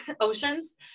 Oceans